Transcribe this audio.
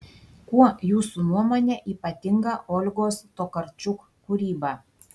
kuo jūsų nuomone ypatinga olgos tokarčuk kūryba